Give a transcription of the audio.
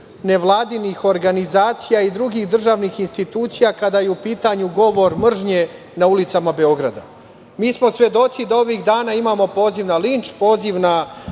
nevladinih organizacija i drugih državnih institucija kada je u pitanju govor mržnje na ulicama Beograda. Mi smo svedoci da ovih dana imamo poziv na linč, poziv na